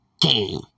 game